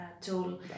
tool